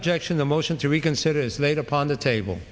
objection the motion to reconsider is laid upon the table